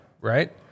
right